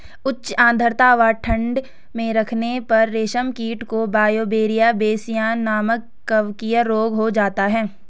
उच्च आद्रता व ठंड में रखने पर रेशम कीट को ब्यूवेरिया बेसियाना नमक कवकीय रोग हो जाता है